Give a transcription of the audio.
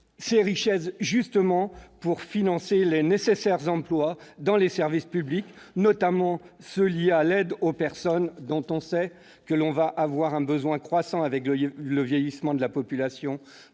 artificielle et financer les nécessaires emplois dans les services publics, notamment ceux qui sont liés à l'aide à la personne, dont on sait que l'on va avoir un besoin croissant avec le vieillissement de la population